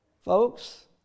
Folks